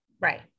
Right